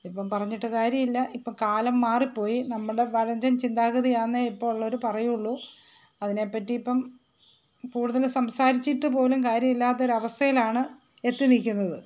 ഇപ്പം പറഞ്ഞിട്ട് കാര്യമില്ല ഇപ്പം കാലം മാറി പോയി നമ്മുടെ പഴഞ്ചൻ ചിന്താഗതിയാണെന്നേ ഇപ്പോൾ ഉള്ളവർ പറയുകയുള്ളു അതിനെ പറ്റി ഇപ്പം കൂടുതൽ സംസാരിച്ചിട്ട് പോലും കാര്യമില്ലാത്ത ഒരു അവസ്ഥയിലാണ് എത്തി നിൽക്കുന്നത്